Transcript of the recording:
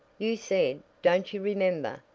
you said, don't you remember,